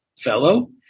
fellow